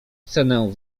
cenę